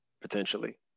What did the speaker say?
potentially